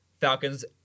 Falcons